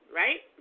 right